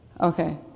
Okay